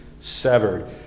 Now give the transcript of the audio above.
severed